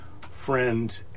friend